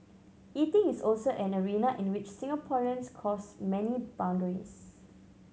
eating is also an arena in which Singaporeans cross many boundaries